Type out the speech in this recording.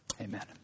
Amen